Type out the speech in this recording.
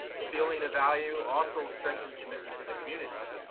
feeling of value also strengthens commitment to the community.